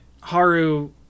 Haru